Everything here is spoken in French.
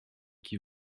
qui